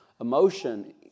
emotion